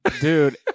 Dude